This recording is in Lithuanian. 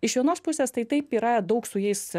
iš vienos pusės tai taip yra daug su jais